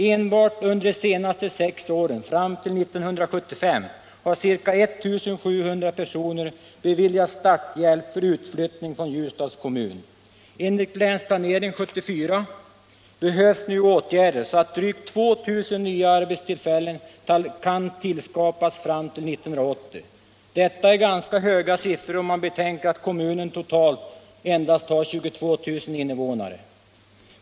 Enbart under de senaste sex åren fram till 1975 har cirka 1 700 personer beviljats starthjälp för utflyttning från Ljusdals kommun. Enligt Länsplanering 74 behövs nu åtgärder så att drygt 2000 nya arbetstillfällen tillskapas fram till 1980. Detta är ganska höga siffror om man betänker att kommunen totalt endast har 22000 innevånare.